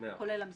כולל המספרים.